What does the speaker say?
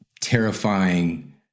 terrifying